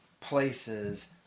places